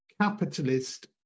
capitalist